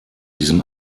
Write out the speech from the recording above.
diesem